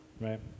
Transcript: right